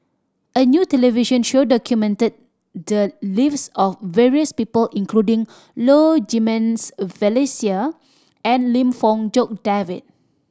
a new television show documented the lives of various people including Low Jimenez Felicia and Lim Fong Jock David